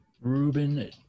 Ruben